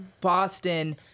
Boston